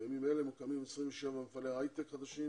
בימים אלה מוקמים 26 מפעלי הייטק חדשים